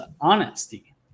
honesty